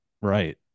right